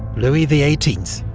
louis the eighteenth,